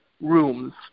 rooms